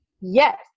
Yes